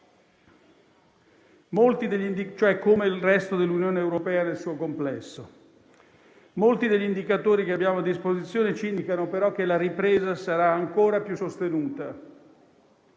cento, come il resto dell'Unione europea nel suo complesso. Molti degli indicatori che abbiamo a disposizione indicano però che la ripresa sarà ancora più sostenuta.